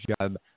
job